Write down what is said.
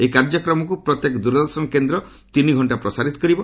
ଏହି କାର୍ଯ୍ୟକ୍ରମକୁ ପ୍ରତ୍ୟେକ ଦୂରଦର୍ଶନ କେନ୍ଦ୍ର ତିନି ଘଙ୍କା ପ୍ରସାରିତ କରିବ